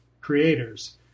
creators